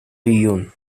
hyun